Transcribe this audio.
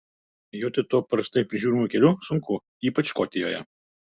joti tuo prastai prižiūrimu keliu sunku ypač škotijoje